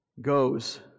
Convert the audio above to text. goes